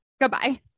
Goodbye